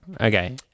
Okay